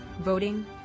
voting